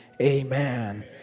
Amen